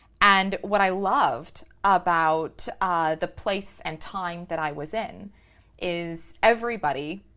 and what i loved about the place and time that i was in is everybody,